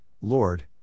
Lord